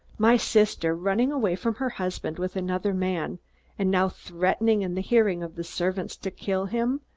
my sister, running away from her husband with another man and now threatening, in the hearing of the servants, to kill him,